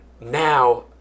now